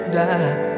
die